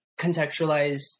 contextualize